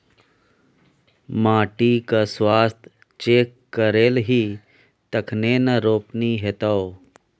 माटिक स्वास्थ्य चेक करेलही तखने न रोपनी हेतौ